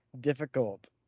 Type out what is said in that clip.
difficult